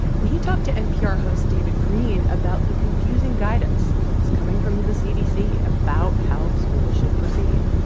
and he talked to npr host david greene about the confusing guidance that's coming from the cdc about how schools should proceed